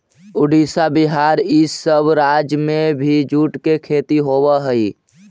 उड़ीसा, बिहार, इ सब राज्य में भी जूट के खेती होवऽ हई